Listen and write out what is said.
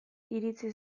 iritsi